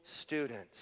students